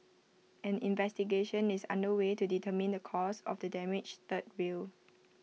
an investigation is under way to determine the cause of the damaged third rail